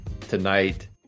Tonight